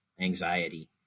anxiety